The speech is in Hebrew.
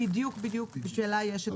כדאי שאולי תציגי את זה בצורה אחרת.